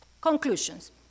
Conclusions